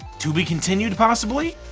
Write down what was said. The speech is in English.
to be continued possibly?